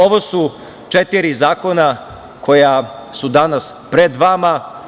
Ovo su četiri zakona koja su danas pred vama.